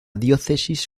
diócesis